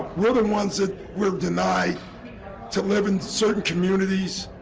we're the and ones that were dineed to live in certain communities.